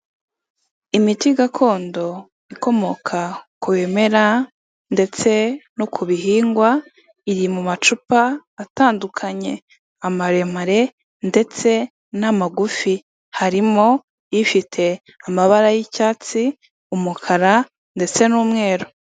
Imiti gakondo ikomoka ku bimera ndetse no ku bihingwa iri mu macupa atandukanye, amaremare ndetse n'amagufi, harimo ifite amabara y'icyatsi, umukara ndetse n'umweru.